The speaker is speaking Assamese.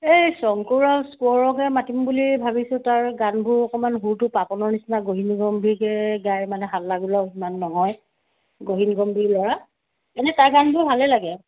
এই শংকুৰাজ কোঁৱৰকে মাতিম বুলি ভাবিছোঁ তাৰ গানবোৰ অকণ সুৰটো পাপনৰ নিচিনা গহীন গভীৰকৈ গায় মানে হাল্লা গোল্লাও সিমান নহয় গহীন গম্ভীৰ ল'ৰা এনে তাৰ গানবোৰ ভালে লাগে